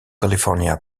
california